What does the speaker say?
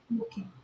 Okay